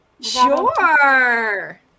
Sure